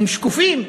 הם שקופים?